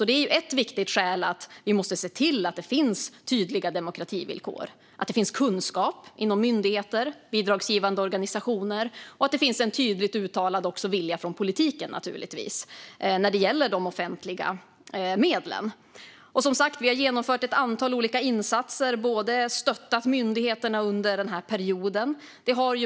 Det är ett viktigt skäl att se till att det finns tydliga demokrativillkor, att det finns kunskap inom myndigheter och bidragsgivande organisationer och att det finns en tydligt uttalad vilja från politiken när det gäller de offentliga medlen. Vi har som sagt genomfört ett antal olika insatser och stöttat myndigheter under den här perioden.